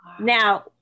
Now